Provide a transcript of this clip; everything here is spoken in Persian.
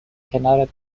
کنار